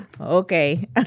Okay